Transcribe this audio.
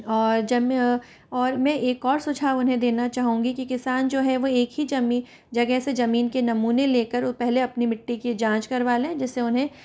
और जब मैं और मैं एक और सुझाव उन्हें देना चाहूंगी कि किसान जो है वो एक ही जमीन जगह से जमीन के नमूने लेकर और पहले अपनी मिट्टी की जाँच करवा लें जिससे उन्हें